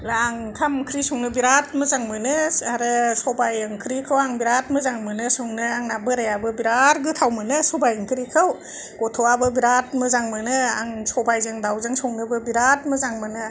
आं ओंखाम ओंख्रि संनो बिराद मोजां मोनो आरो सबाय ओंख्रिखौ आं बिराद मोजां मोनो संनो आंना बोरायाबो बिराद गोथाव मोनो सबाय ओंख्रिखौ गथ'आबो बिराद मोजां मोनो आं सबायजों दाउजों संनोबो बिराद मोजां मोनो